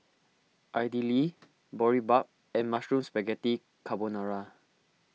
Idili Boribap and Mushroom Spaghetti Carbonara